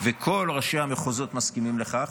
וכל ראשי המחוזות מסכימים לכך,